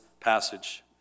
passage